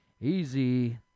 Easy